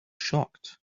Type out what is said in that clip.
shocked